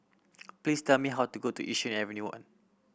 please tell me how to go to Yishun Avenue